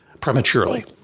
prematurely